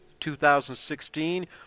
2016